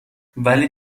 ولی